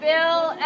Bill